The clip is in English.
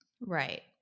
Right